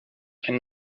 ein